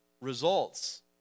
Results